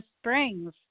Springs